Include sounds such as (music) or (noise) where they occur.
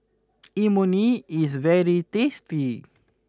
(noise) Imoni is very tasty